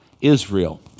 Israel